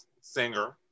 singer